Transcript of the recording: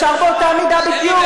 אפשר באותה מידה בדיוק.